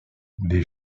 des